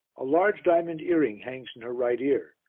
a large diamond earring hangs in her right ear,